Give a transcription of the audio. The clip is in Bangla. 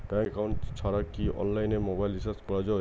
ব্যাংক একাউন্ট ছাড়া কি অনলাইনে মোবাইল রিচার্জ করা যায়?